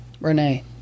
Renee